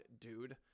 dude